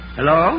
Hello